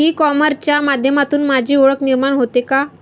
E कॉमर्सच्या माध्यमातून माझी ओळख निर्माण होते का?